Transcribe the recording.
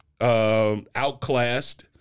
outclassed